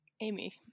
Amy